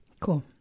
Cool